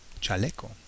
chaleco